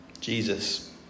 Jesus